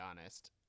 honest